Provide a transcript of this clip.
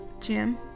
Jim